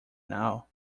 now